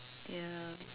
ya